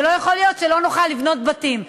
ולא יכול להיות שלא נוכל לבנות בתים.